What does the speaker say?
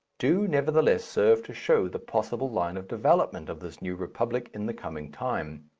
do nevertheless serve to show the possible line of development of this new republic in the coming time.